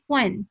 one